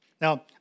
Now